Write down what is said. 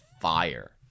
fire